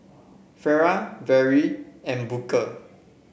Farrah Vere and Booker